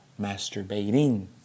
masturbating